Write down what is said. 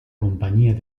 compañía